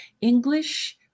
English